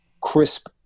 crisp